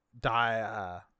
die